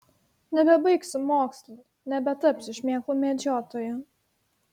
nebebaigsiu mokslų nebetapsiu šmėklų medžiotoju